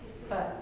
but